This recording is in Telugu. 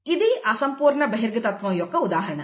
ఇది అసంపూర్ణ బహిర్గత తత్వం యొక్క ఉదాహరణ